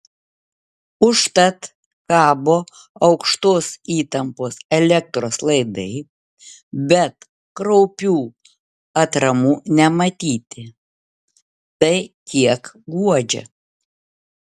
užtat kabo aukštos įtampos elektros laidai bet kraupių atramų nematyti tai kiek guodžia